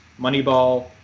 Moneyball